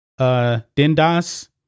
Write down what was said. Dindas